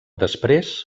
després